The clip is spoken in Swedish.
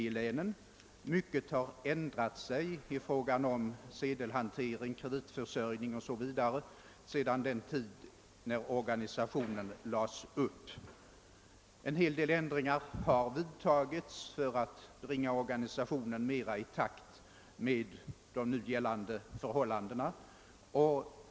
betingad. Mycket har ändrat sig när det gäller sedelhantering, kreditförsörjning etc. sedan denna organisation tillkom. En hel del omläggningar har också vidtagits för att bringa organisationen: mera i takt med nuvarande förhållanden.